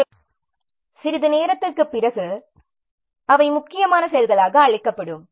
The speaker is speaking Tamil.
எனவே சிறிது நேரத்திற்குப் பிறகு அவை முக்கியமான செயல்களாக அழைக்கப்படும்